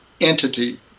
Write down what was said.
Entity